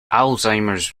alzheimer’s